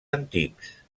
antics